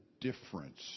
difference